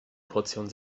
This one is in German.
portion